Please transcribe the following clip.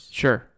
sure